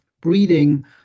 breeding